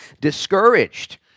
discouraged